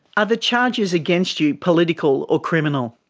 are the charges against you political or criminal?